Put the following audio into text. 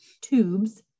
tubes